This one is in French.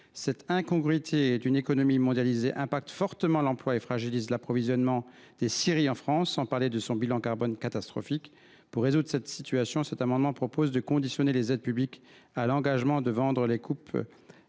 Cette incongruité de l’économie mondialisée affecte fortement l’emploi et fragilise l’approvisionnement des scieries en France, sans parler de son bilan carbone catastrophique. Pour remédier à cette situation, cet amendement vise à conditionner les aides publiques à l’engagement de vendre les coupes